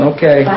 Okay